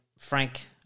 Frank